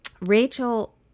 Rachel